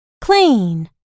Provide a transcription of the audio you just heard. clean